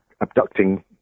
abducting